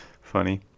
Funny